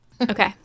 Okay